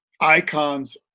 icons